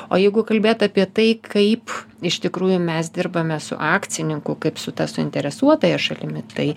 o jeigu kalbėt apie tai kaip iš tikrųjų mes dirbame su akcininku kaip su ta suinteresuotąja šalimi tai